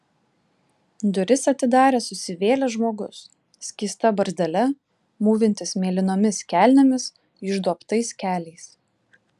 duris atidarė susivėlęs žmogus skysta barzdele mūvintis mėlynomis kelnėmis išduobtais keliais